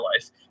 life